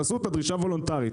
תעשו אותה דרישה וולונטרית.